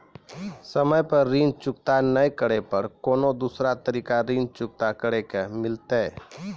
समय पर ऋण चुकता नै करे पर कोनो दूसरा तरीका ऋण चुकता करे के मिलतै?